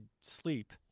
sleep